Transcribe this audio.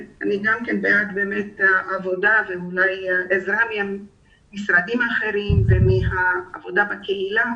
גם אני בעד עבודה ועזרה ממשרדים אחרים ועבודה בקהילה